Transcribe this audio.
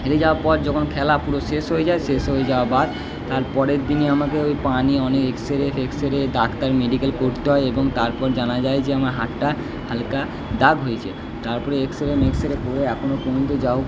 হেরে যাওয়ার পর যখন খেলা পুরো শেষ হয়ে যায় শেষ হয়ে যাওয়া বাদ তার পরের দিনই আমাকে ওই পা নিয়ে অনেক এক্সরে ফেক্সরে ডাক্তার মেডিকেল করতে হয় এবং তারপর জানা যায় যে আমার হাড়টা হালকা দাগ হয়েছে তারপরে এক্সরে মেক্সরে করে এখনো পর্যন্ত যা হোক